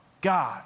God